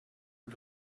who